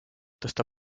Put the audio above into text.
tõsta